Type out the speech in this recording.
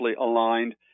aligned